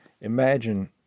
Imagine